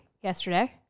yesterday